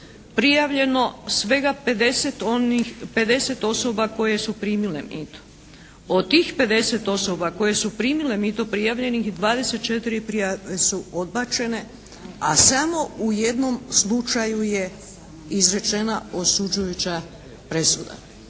prijavljeno svega 50 osoba koje su primile mito. Od tih 50 osoba koje su primile mito prijavljenih 24 su odbačene, a samo u jednom slučaju je izrečena osuđujuća presuda.